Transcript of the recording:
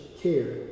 care